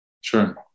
Sure